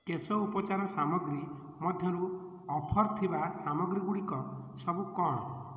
କେଶ ଉପଚାର ସାମଗ୍ରୀ ମଧ୍ୟରୁ ଅଫର୍ ଥିବା ସାମଗ୍ରୀ ଗୁଡ଼ିକ ସବୁ କଣ